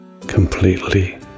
completely